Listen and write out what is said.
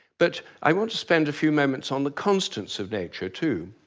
but i want to spend a few moments on the constants of nature too.